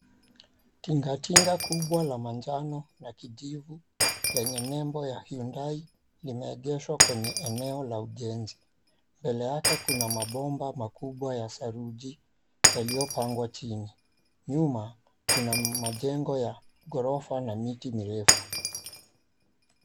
Tingatinga kubwa la manjano na kijivu lenye nembo ya Hyundai limeegeshwa kwenye eneo la ujenzi. Mbele yake kuna mabomba makubwa ya saruji yaliyopangwa chini. Nyuma, kuna majengo ya ghorofa na miti mirefu.